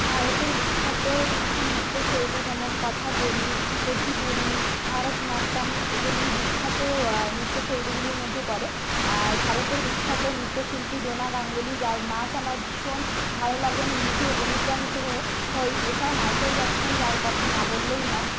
ভারতের বিখ্যাত কিছু নৃত্যশৈলী যেমন কথাকলি কুচিপুরি ভারতনাট্যম এগুলি বিখ্যাত নৃত্যশৈলীগুলির মধ্যে পড়ে আর ভারতের বিখ্যাত নৃত্য শিল্পী ডোনা গাঙ্গুলী যার নাচ আমার ভীষণ ভালো লাগে আমি নিজে অনুপ্রাণিত হয়ে হই এছাড়া মাইকেল জ্যাকসন যার কথা না বললেই নয়